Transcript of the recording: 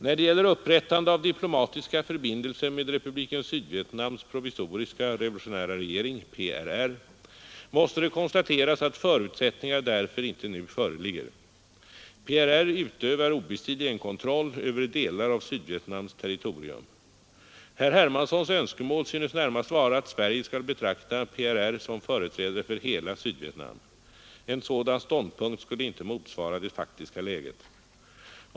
När det gäller upprättande av diplomatiska förbindelser med Republiken Sydvietnams provisoriska revolutionära regering måste det konstateras att förutsättningar därför inte nu föreligger. PRR utövar obestridligen kontroll över delar av Sydvietnams territorium. Herr Hermanssons önskemål synes närmast vara att Sverige skall betrakta PRR som företrädare för hela Sydvietnam. En sådan ståndpunkt skulle inte motsvara det faktiska läget.